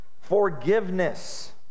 forgiveness